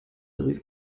rief